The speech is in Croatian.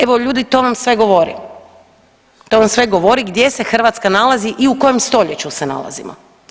Evo ljudi to vam sve govori, to vam sve govori gdje se Hrvatska nalazi i u kojem stoljeću se nalazimo.